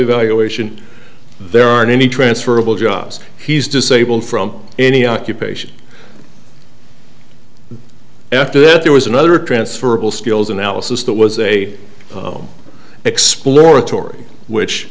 evaluation there aren't any transferable jobs he's disabled from any occupation after this there was another transferable skills analysis that was a exploratory which